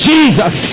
Jesus